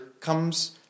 comes